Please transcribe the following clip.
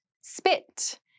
Spit